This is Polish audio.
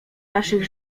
naszych